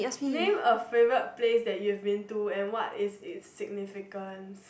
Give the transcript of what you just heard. name a favorite place that you've been to and what is it's significance